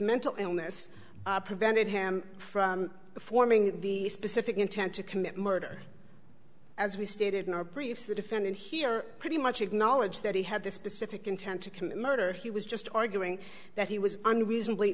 mental illness prevented him from performing the specific intent to commit murder as we stated in our brief the defendant here pretty much acknowledged that he had this specific intent to commit murder he was just arguing that he was unreasonably